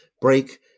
break